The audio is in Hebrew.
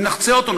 אם נחצה אותו,